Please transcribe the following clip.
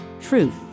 Truth